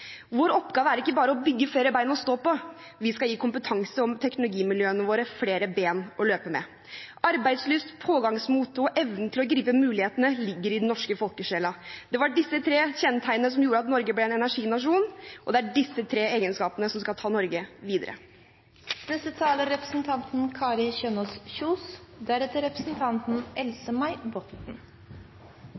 Vår oppgave er ikke bare å «bygge flere bein å stå på», vi skal gi kompetanse- og teknologimiljøene våre flere bein å løpe med. Arbeidslyst, pågangsmot og evnen til å gripe mulighetene ligger i den norske folkesjela. Det var disse tre kjennetegnene som gjorde at Norge ble en energinasjon, og det er disse tre egenskapene som skal ta Norge videre. Det er